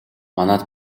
манайд